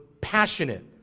passionate